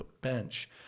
bench